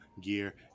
gear